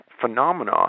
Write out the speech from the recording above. phenomena